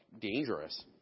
dangerous